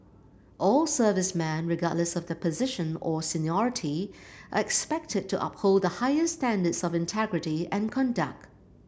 all servicemen regardless of the position or seniority are expected to uphold the highest standards of integrity and conduct